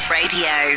radio